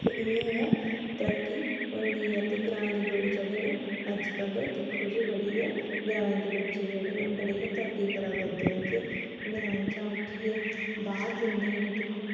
ते इ'यां गै तरक्की होंदी ऐ ते ग्राएं दे लोक जेह्ड़े न अजकल दिक्खो जी बड़ी गै ग्राएं दे बच्चे जेह्ड़े न बड़ी गै तरक्की करा करदे न ते ग्राएं चा उट्ठियै बाह्र जंदे न